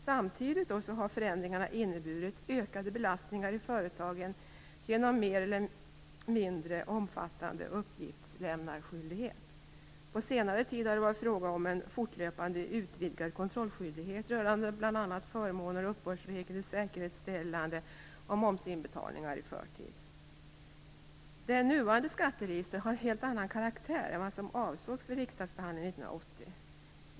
Samtidigt har förändringarna inneburit ökade belastningar i företagen genom mer eller mindre omfattande uppgiftslämnarskyldighet. På senare tid har det varit fråga om en fortlöpande utvidgad kontrollskyldighet rörande bland annat förmåner, uppbördsregler, säkerhetsställande och momsinbetalningar i förtid. Det nuvarande skatteregistret har en annan karaktär än vad som avsågs vid riksdagsbehandlingen 1980.